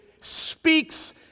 speaks